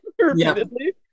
repeatedly